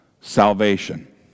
salvation